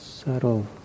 Subtle